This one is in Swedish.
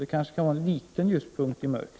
Det kan ses som en liten ljuspunkt i mörkret.